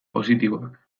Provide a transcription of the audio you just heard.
positiboak